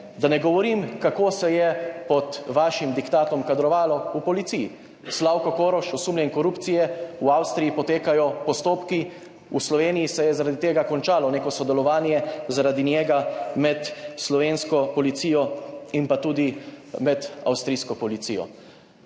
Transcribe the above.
Da ne govorim, kako se je pod vašim diktatom kadrovalo v policiji. Slavko Koroš, osumljen korupcije, v Avstriji potekajo postopki, v Sloveniji se je zaradi tega končalo neko sodelovanje zaradi njega med slovensko policijo in pa tudi med avstrijsko policijo.